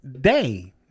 Day